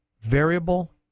variable